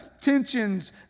tensions